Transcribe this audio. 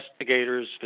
investigators